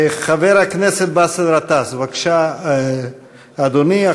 חבר הכנסת באסל גטאס, בבקשה, אדוני.